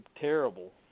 terrible